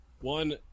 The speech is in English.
one